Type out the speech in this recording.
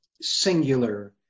singular